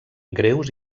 greus